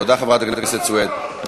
תודה, חברת הכנסת סויד.